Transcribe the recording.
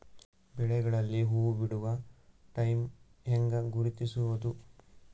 ಬೆಳೆಗಳಲ್ಲಿ ಹೂಬಿಡುವ ಟೈಮ್ ಹೆಂಗ ಗುರುತಿಸೋದ?